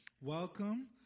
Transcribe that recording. Welcome